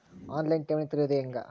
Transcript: On line ಠೇವಣಿ ತೆರೆಯೋದು ಹೆಂಗ?